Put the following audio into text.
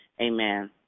Amen